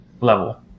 level